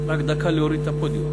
רק דקה להוריד את הפודיום.